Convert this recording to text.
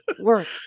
work